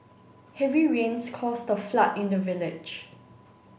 heavy rains caused a flood in the village